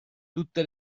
tutte